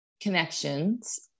connections